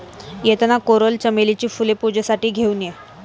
येताना कोरल चमेलीची फुले पूजेसाठी घेऊन ये